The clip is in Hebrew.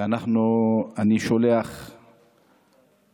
ואני שולח את